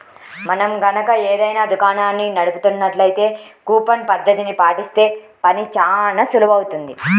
మనం గనక ఏదైనా దుకాణాన్ని నడుపుతున్నట్లయితే కూపన్ పద్ధతిని పాటిస్తే పని చానా సులువవుతుంది